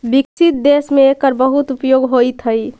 विकसित देश में एकर बहुत उपयोग होइत हई